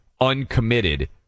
uncommitted